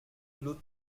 club